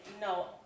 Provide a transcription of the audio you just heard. no